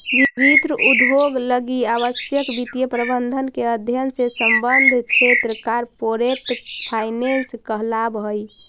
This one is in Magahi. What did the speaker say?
विभिन्न उद्योग लगी आवश्यक वित्तीय प्रबंधन के अध्ययन से संबद्ध क्षेत्र कॉरपोरेट फाइनेंस कहलावऽ हइ